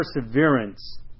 perseverance